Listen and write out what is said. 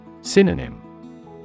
Synonym